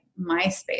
MySpace